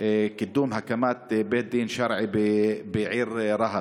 קידום הקמת בית דין שרעי בעיר רהט.